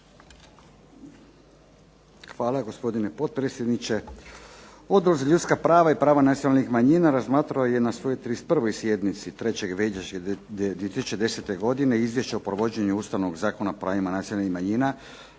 Hvala gospodine potpredsjedniče. Odbor za ljudska prava i prava nacionalnih manjina razmatrao je na svojoj 31. sjednici 3. veljače 2010. godine Izvješće o provođenju Ustavnog zakona o pravima nacionalnih manjina